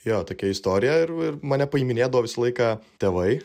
jo tokia istorija ir ir mane priiminėdavo visą laiką tėvai